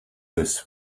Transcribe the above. this